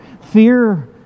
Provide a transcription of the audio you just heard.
fear